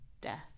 death